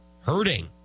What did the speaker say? hurting